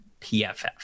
pff